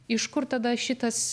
iš kur tada šitas